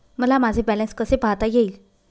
मला माझे बॅलन्स कसे पाहता येईल?